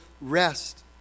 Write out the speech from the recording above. rest